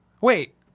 Wait